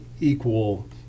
equal